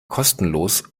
kostenlos